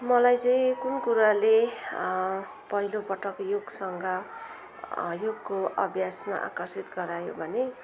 मलाई चाहिँ कुन कुराले पहिलोपटक योगसँग योगको अभ्यासमा आकर्षित गरायो भने